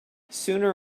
sooner